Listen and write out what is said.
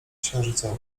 księżycowa